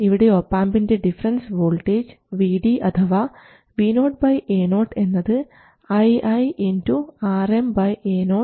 ഇവിടെ ഒപാംപിൻറെ difference voltage Vd അഥവാ VoAo എന്നത് ii Rm Ao 1 1 Ao ആണ്